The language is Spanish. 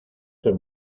ser